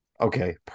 Okay